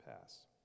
pass